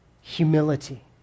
Humility